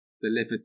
delivered